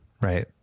right